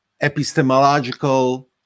epistemological